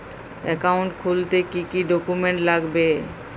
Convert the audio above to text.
Account খুলতে কি কি ডকুমেন্ট লাগবে?